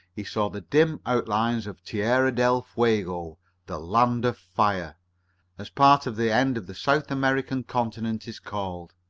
he saw the dim outlines of terra del fuego the land of fire as part of the end of the south american continent is called.